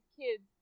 kids